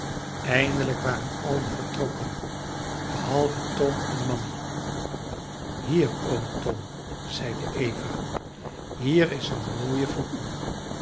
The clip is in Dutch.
eindelijk waren allen vertrokken behalve tom en mammy hier oom tom zeide eva hier is een mooie voor u